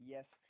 Yes